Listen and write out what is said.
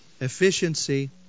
efficiency